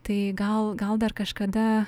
tai gal gal dar kažkada